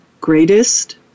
Greatest